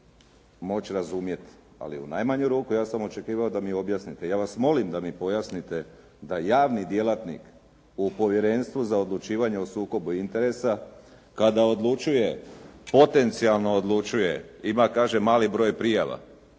moći razumjeti. Ali u najmanju ruku ja sam očekivao da mi objasnite. Ja vas molim da mi pojasnite da javni djelatnik u Povjerenstvu za odlučivanje o sukobu interesa kada odlučuje, potencijalno odlučuje, ima kaže mali broj prijava.